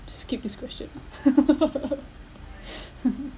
skip this question ah